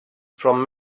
from